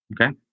Okay